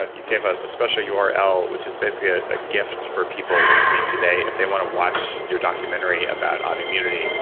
but you gave a special url, which is basically ah a gift for people listening today, if they want to watch your documentary about autoimmunity,